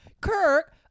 kirk